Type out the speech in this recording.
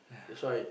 that's why